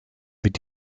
mit